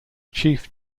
chief